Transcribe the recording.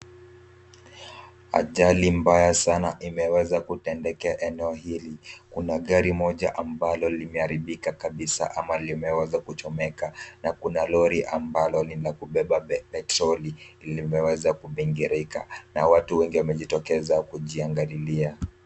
Ajali mbaya sana imeweza kutendeka eneo hili. Kuna gari moja ambalo limeharibika kabisa ama limeweza kuchomeka, na kuna lori ambalo ni la kubeba petrol limeweza kubingirika, na watu wengi wameweza kujitokeza kujiangalilia.